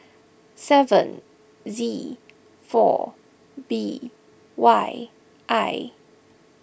seven Z four B Y I